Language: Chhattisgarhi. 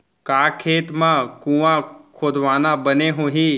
का खेत मा कुंआ खोदवाना बने होही?